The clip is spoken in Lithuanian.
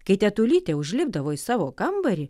kai tetulytė užlipdavo į savo kambarį